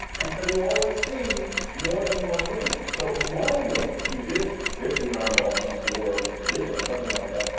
and so you always see more than one wing. so one wing, if you did rip the arm off some poor pigeon or something like that,